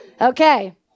Okay